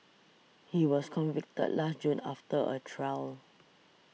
he was convicted last June after a trial